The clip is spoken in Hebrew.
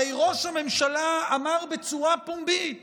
הרי ראש הממשלה אמר בצורה פומבית